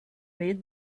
made